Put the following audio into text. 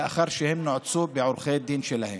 לאחר שהם נועצו בעורכי הדין שלהם.